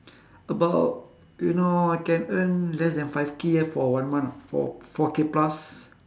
about you know I can earn less than five K ah for one month ah four four K plus